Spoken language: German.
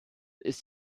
ist